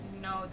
no